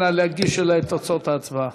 נא להגיש אלי את תוצאות ההצבעה.